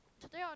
today